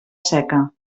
seca